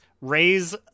raise